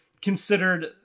considered